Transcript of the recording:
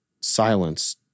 silence